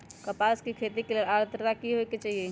कपास के खेती के लेल अद्रता की होए के चहिऐई?